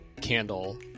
candle